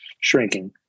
shrinking